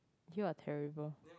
you are terrible